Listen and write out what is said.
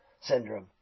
syndrome